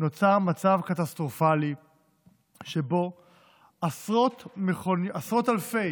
נוצר מצב קטסטרופלי שבו עשרות אלפי